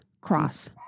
Cross